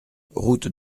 route